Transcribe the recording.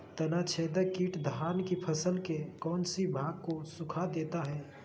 तनाछदेक किट धान की फसल के कौन सी भाग को सुखा देता है?